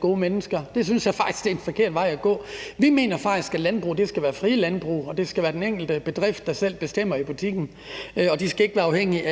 gode mennesker. Det synes jeg faktisk er en forkert vej at gå. Vi mener faktisk, at landbruget skal være frie landbrug, at det skal være den enkelte bedrift, der selv bestemmer i butikken, og at de ikke skal være afhængige af